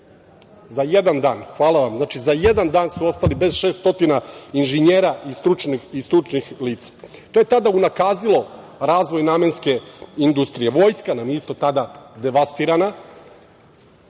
Za jedan dan su ostali bez 600 inženjera i stručnih lica. To je tada unakazilo razvoj namenske industrije. Vojska nam je isto tada devastirana.